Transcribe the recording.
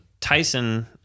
Tyson